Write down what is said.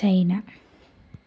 China